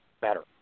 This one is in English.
better